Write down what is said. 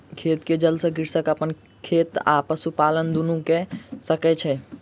खेत के जल सॅ कृषक अपन खेत आ पशुपालन दुनू कय सकै छै